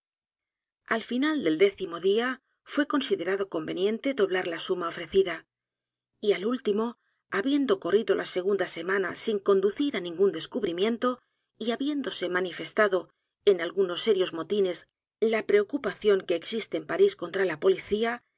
al final del décimo día fué considerado conveniente doblar la suma ofrecida y al último habiendo corrido la segunda semana sin conducir á ningún descubrimiento y habiéndose manifestado en algunos serios motines la preocupación que existe en parís contra la policía